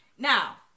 Now